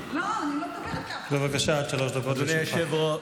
לוי, בבקשה, עד שלוש דקות לרשותך.